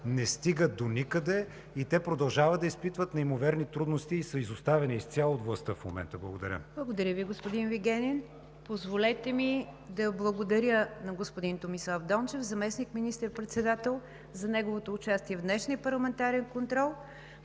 не стигат доникъде, те продължават да изпитват неимоверни трудности и са изоставени изцяло от властта в момента. Благодаря. ПРЕДСЕДАТЕЛ НИГЯР ДЖАФЕР: Благодаря Ви, господин Вигенин. Позволете ми да благодаря на господин Томислав Дончев – заместник министър-председател, за неговото участие в днешния парламентарен контрол.